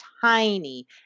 tiny